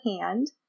hand